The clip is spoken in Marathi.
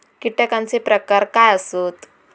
कीटकांचे प्रकार काय आसत?